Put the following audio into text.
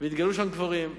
ונתגלו שם קברים.